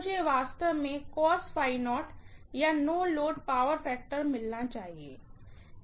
तो मुझे वास्तव में या नो लोड पावर फैक्टर मिलना चाहिए